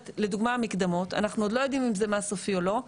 לדוגמה מקדמות אנחנו עוד לא יודעים אם זה מס סופי או לא,